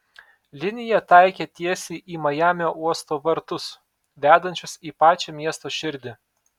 linija taikė tiesiai į majamio uosto vartus vedančius į pačią miesto širdį